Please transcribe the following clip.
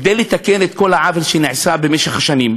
כדי לתקן את כל העוול שנעשה במשך שנים.